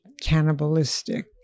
cannibalistic